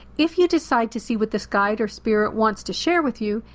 if you decide to see what this guide or spirit wants to share with you,